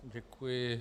Děkuji.